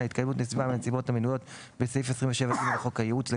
על התקיימות נסיבה מהנסיבות המנויות בסעיף 27(ג) לחוק הייעוץ,